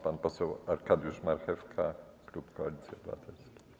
Pan poseł Arkadiusz Marchewka, klub Koalicja Obywatelska.